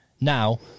Now